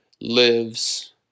lives